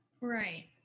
right